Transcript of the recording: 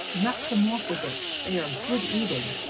knock them oft with it. they are good eating.